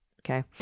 Okay